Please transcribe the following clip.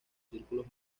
círculos